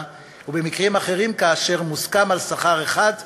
ומקרים אחרים שבהם מוסכם על שכר אחד ובפועל,